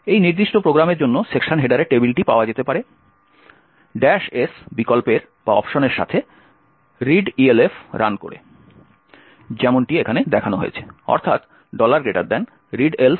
এই নির্দিষ্ট প্রোগ্রামের জন্য সেকশন হেডারের টেবিলটি পাওয়া যেতে পারে S বিকল্পের সাথে readelf রান করে যেমন টি এখানে দেখানো হয়েছে অর্থাৎ readelf S helloo